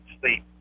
sleep